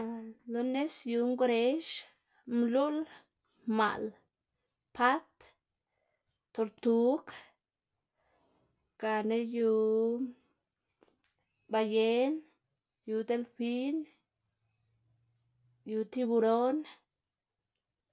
lo nis yu ngwrex, mluꞌl, maꞌl, pat, tortug gana yu bayen, yu delfin, yu tiburón.